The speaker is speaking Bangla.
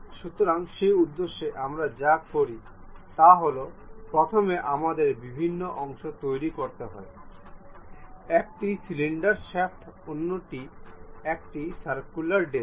সুতরাং সেই উদ্দেশ্যে আমরা যা করি তা হল প্রথমে আমাদের বিভিন্ন অংশ তৈরি করতে হয় একটি সিলিন্ডার শ্যাফ্ট অন্যটি একটি সার্ক্যুলার ডিস্ক